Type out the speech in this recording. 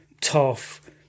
tough